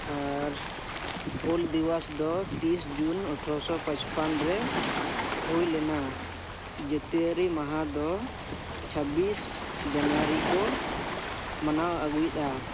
ᱟᱨ ᱦᱩᱞ ᱫᱤᱵᱚᱥ ᱫᱚ ᱛᱤᱥ ᱡᱩᱱ ᱟᱴᱷᱨᱚ ᱥᱚ ᱯᱟᱸᱪᱯᱚᱱ ᱨᱮ ᱦᱩᱭ ᱞᱮᱱᱟ ᱡᱟᱹᱛᱭᱟᱹᱨᱤ ᱢᱟᱦᱟ ᱫᱚ ᱪᱷᱟᱵᱽᱵᱤᱥ ᱡᱟᱱᱣᱟᱨᱤ ᱠᱚ ᱢᱟᱱᱟᱣ ᱟᱜᱩᱭᱮᱫ ᱟ